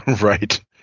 Right